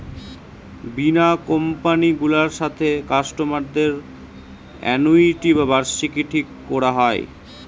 বীমা কোম্পানি গুলার সাথে কাস্টমারদের অ্যানুইটি বা বার্ষিকী ঠিক কোরা হয়